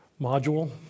module